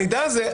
המידע הזה,